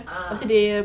ah